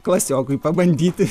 klasiokui pabandyti